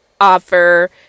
offer